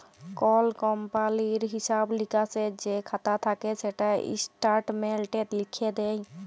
call কমপালির হিঁসাব লিকাসের যে খাতা থ্যাকে সেটা ইস্ট্যাটমেল্টে লিখ্যে দেয়